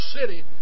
city